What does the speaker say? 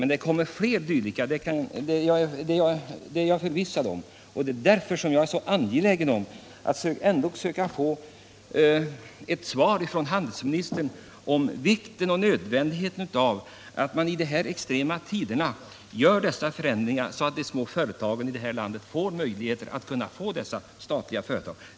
Men det kommer fler liknande situationer — det är jag förvissad om. Det är därför som jag är så angelägen om att försöka få ett positivt besked från handelsministern om vikten och nödvändigheten av att man under de extrema förhållanden som nu råder gör sådana förändringar när det gäller statlig upphandling att de små tekoföretagen kan få statliga beställningar.